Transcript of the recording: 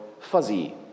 fuzzy